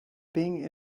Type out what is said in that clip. being